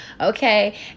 Okay